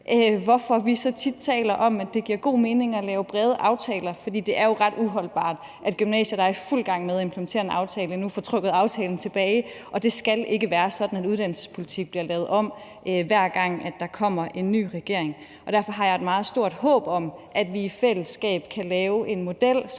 hvorfor vi så tit taler om, at det giver god mening at lave brede aftaler. For det er jo ret uholdbart, at gymnasier, der er i fuld gang med at implementere en aftale, nu får trukket aftalen tilbage. Og det skal ikke være sådan, at uddannelsespolitik bliver lavet om, hver gang der kommer en ny regering. Derfor har jeg et meget stort håb om, at vi i fællesskab kan lave en model,